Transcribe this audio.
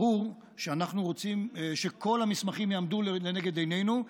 ברור שאנחנו רוצים שכל המסמכים יעמדו לנגד עינינו,